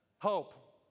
Hope